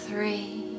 Three